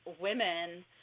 women